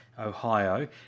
Ohio